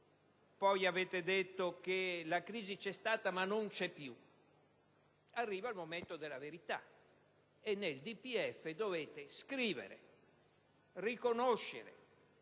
grave, poi che la crisi c'era stata ma non c'era più. Arriva il momento della verità e nel DPEF dovete scrivere e riconoscere